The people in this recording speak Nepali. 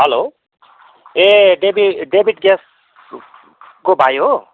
हेलो ए डेवि डेविड ग्यासको भाइ हो